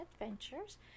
adventures